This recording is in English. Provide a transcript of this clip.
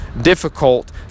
difficult